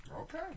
Okay